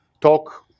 talk